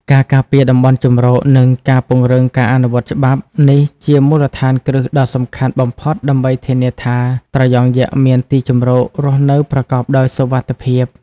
ការការពារតំបន់ជម្រក និងការពង្រឹងការអនុវត្តច្បាប់ នេះជាមូលដ្ឋានគ្រឹះដ៏សំខាន់បំផុតដើម្បីធានាថាត្រយងយក្សមានទីកន្លែងរស់នៅប្រកបដោយសុវត្ថិភាព។